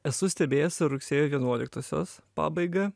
esu stebėjęs ir rugsėjo vienuoliktosios pabaigą